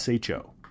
SHO